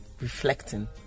reflecting